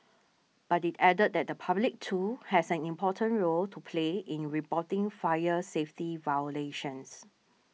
but it added that the public too has an important role to play in reporting fire safety violations